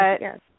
yes